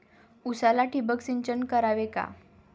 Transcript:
उसाला ठिबक सिंचन करावे का?